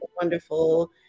wonderful